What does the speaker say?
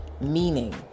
meaning